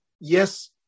yes